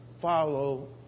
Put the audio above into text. follow